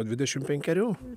dvidešimt penkerių